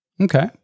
Okay